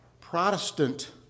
Protestant